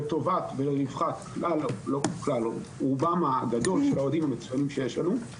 לטובת ולרווחת רובם הגדול של האוהדים המצויינים שיש לנו.